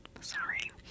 sorry